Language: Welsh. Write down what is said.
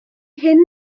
hyn